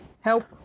help